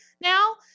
now